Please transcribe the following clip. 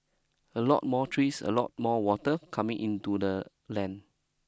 a lot more trees a lot more water coming into the land